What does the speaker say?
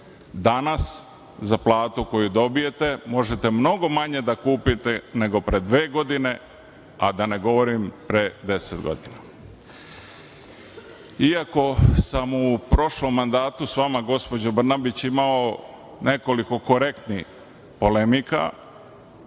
Danas za platu koju dobijete možete mnogo manje da kupite nego pre dve godine, a da ne govorim pre 10 godina. Iako sam u prošlom mandatu s vama, gospođo Brnabić, imao nekoliko korektnih polemika,